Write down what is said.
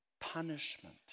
punishment